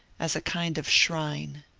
as a kind of shrine.